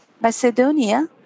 Macedonia